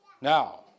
Now